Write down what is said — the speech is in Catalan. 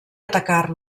atacar